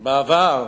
בעבר,